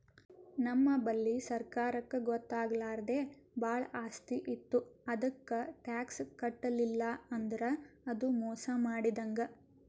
ನಮ್ ಬಲ್ಲಿ ಸರ್ಕಾರಕ್ಕ್ ಗೊತ್ತಾಗ್ಲಾರ್ದೆ ಭಾಳ್ ಆಸ್ತಿ ಇತ್ತು ಅದಕ್ಕ್ ಟ್ಯಾಕ್ಸ್ ಕಟ್ಟಲಿಲ್ಲ್ ಅಂದ್ರ ಅದು ಮೋಸ್ ಮಾಡಿದಂಗ್